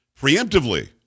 preemptively